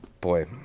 Boy